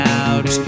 out